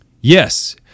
Yes